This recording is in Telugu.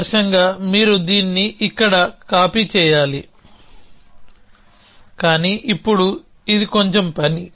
ఆదర్శంగా మీరు దీన్ని ఇక్కడ కాపీ చేయాలి కానీ ఇప్పుడు ఇది కొంచెం పని